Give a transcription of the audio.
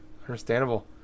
understandable